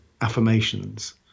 affirmations